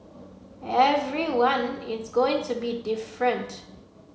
everyone is going to be different